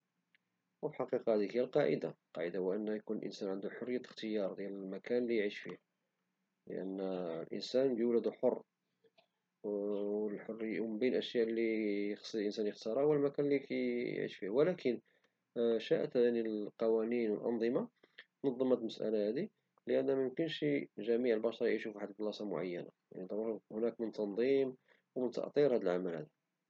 هو في الحقيقة هاديك هي القاعدة القاعدة هو يكون الانسان عندو حرية الاختيار للمكان اللي يعيش فيه لان الانسان يولد حر ومن بين الاشياء اللي خص الانسان اختارها هي المكان اللي كيعيش فيه ولكن شائت يعني القوانين والانظمة تنظم هاد المسألة هادي لان ميمكنشي جميع البشر يعيشو فواحد البلاصة معينة يكون تنظيم او تأطير لهاد العمل هدا